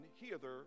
hither